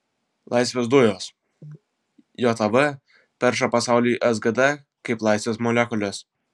laisvės dujos jav perša pasauliui sgd kaip laisvės molekules